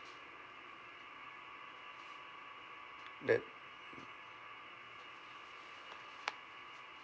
that